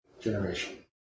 generation